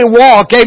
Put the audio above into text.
walk